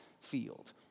field